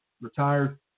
retired